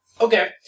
Okay